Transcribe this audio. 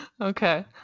Okay